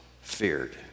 feared